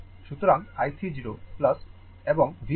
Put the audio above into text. সুতরাং i 3 0 এবং V 3 0 হবে 100 volt